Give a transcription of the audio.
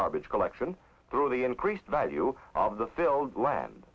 garbage collection through the increased value of the filled land